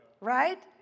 Right